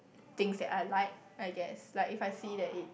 things that I like I guess like if I see there it